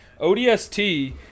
ODST